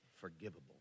forgivable